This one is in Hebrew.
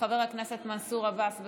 חבר הכנסת מנסור עבאס.